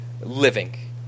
living